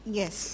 yes